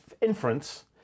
inference